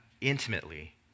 intimately